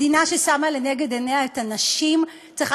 מדינה ששמה לנגד עיניה את הנשים צריכה